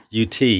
UT